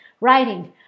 writing